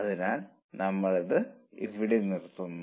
അതിനാൽ നമ്മൾ ഇത് ഇവിടെ നിർത്തുന്നു